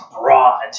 broad